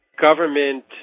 government